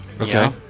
Okay